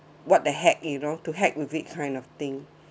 what the heck you know to heck with this kind of thing